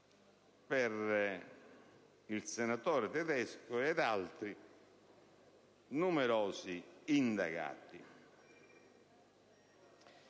per il senatore Tedesco e per altri numerosi indagati.